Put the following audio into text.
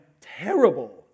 terrible